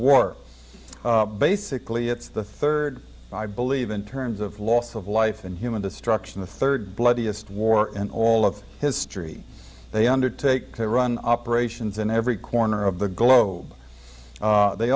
war basically it's the third i believe in terms of loss of life and human destruction the third bloodiest war and all of history they undertake to run operations in every corner of the globe they